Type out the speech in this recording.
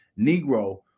Negro